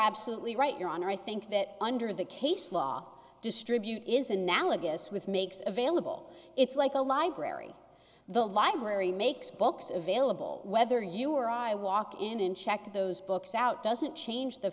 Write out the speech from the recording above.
absolutely right your honor i think that under the case law distribute is analogous with makes available it's like a library the library makes books available whether you or i walk in and check those books out doesn't change the